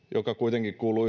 joka kuitenkin kuuluu